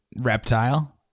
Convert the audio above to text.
Reptile